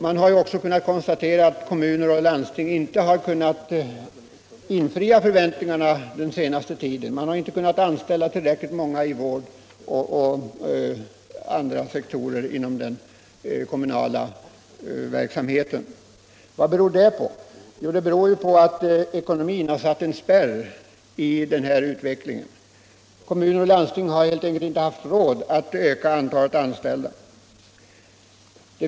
Vi har också kunnat konstatera att kommuner och landsting inte har kunnat infria förväntningarna under den senaste tiden. De har inte kunnat anställa tillräckligt många i vård, service och andra sektorer av verksamheten. Vad beror det på? Jo, det beror på att ekonomin har satt en spärr för utvecklingen. Kommuner och landsting har helt enkelt inte haft råd att öka antalet anställda.